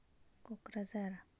Kokrajhar